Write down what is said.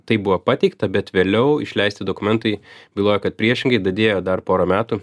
taip buvo pateikta bet vėliau išleisti dokumentai byloja kad priešingai dadėjo dar porą metų